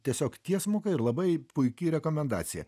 tiesiog tiesmuka ir labai puiki rekomendacija